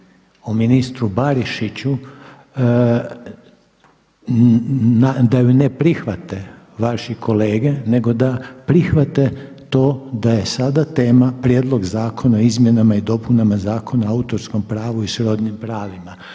ministru Barišiću da ju ne prihvate vaši kolege nego da prihvate to da je sada tema Prijedlog zakona o izmjenama i dopunama Zakona o autorskom pravu i srodnim pravima